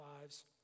lives